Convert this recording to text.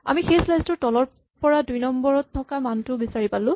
আমি সেইটো স্লাইচ ত তলৰ পৰা দুই নম্বৰত থকা মানটো বিচাৰি পালো